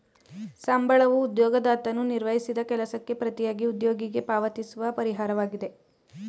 ಸಂಬಳವೂ ಉದ್ಯೋಗದಾತನು ನಿರ್ವಹಿಸಿದ ಕೆಲಸಕ್ಕೆ ಪ್ರತಿಯಾಗಿ ಉದ್ಯೋಗಿಗೆ ಪಾವತಿಸುವ ಪರಿಹಾರವಾಗಿದೆ